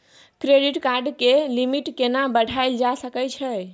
Credit card के limit केना बढायल जा सकै छै?